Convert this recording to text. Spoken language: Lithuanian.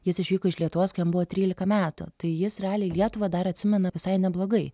jis išvyko iš lietuvos kai jam buvo trylika metų tai jis realiai lietuvą dar atsimena visai neblogai